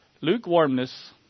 Lukewarmness